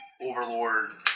overlord